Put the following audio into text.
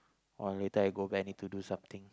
oh later I go back need to do something